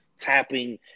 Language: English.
tapping